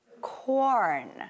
corn